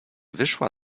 wyszła